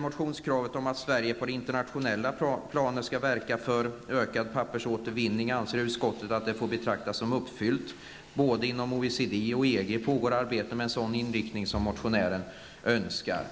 Motionskravet om att Sverige på det internationella planet skall verka för ökad pappersåtervinning anser utskottet får betraktas som uppfyllt. Både inom OECD och inom EG pågår arbeten med den inriktning som motionären önskar.